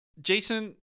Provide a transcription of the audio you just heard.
Jason